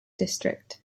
district